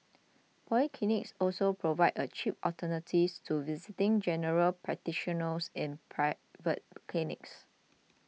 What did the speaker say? polyclinics also provide a cheap alternative to visiting General Practitioners in private clinics